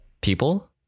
people